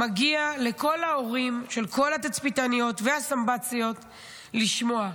מגיע לכל ההורים של כל התצפיתניות והסמב"ציות לשמוע.